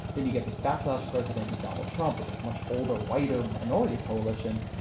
then you get this backlash president and donald trump with this much older, whiter minority coalition.